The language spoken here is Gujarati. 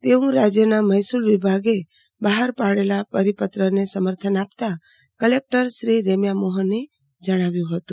તેવું રાજ્યના મહેસૂલ વિભાગે બહાર પડેલા પરિપત્રને સમર્થન આપતા કલેકટર શ્રી રેમ્યા મોહને જણાવ્યું હતું